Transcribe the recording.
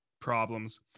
problems